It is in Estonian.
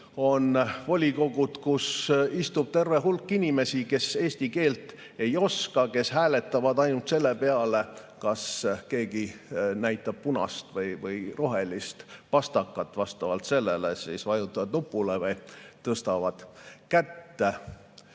on volikogud, kus istub terve hulk inimesi, kes eesti keelt ei oska, kes hääletavad ainult siis, kui keegi näitab punast või rohelist pastakat ja vastavalt sellele vajutavad nupule või tõstavad käe.